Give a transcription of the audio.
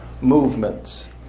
movements